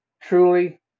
truly